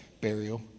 burial